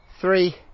Three